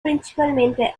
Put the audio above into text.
principalmente